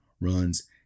runs